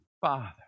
Father